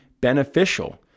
beneficial